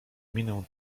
minę